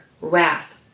wrath